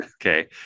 okay